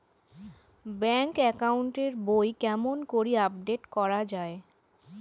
Bank account এর বই কেমন করি আপডেট করা য়ায়?